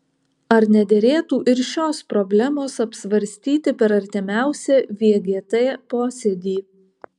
ar nederėtų ir šios problemos apsvarstyti per artimiausią vgt posėdį